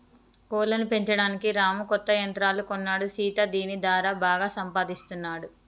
కోళ్లను పెంచడానికి రాము కొత్త యంత్రాలు కొన్నాడు సీత దీని దారా బాగా సంపాదిస్తున్నాడు